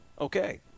Okay